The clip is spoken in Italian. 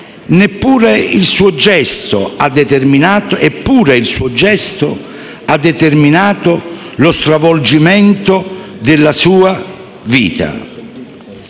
Eppure, il suo gesto ha determinato lo stravolgimento della sua vita.